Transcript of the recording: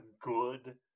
good